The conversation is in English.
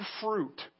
fruit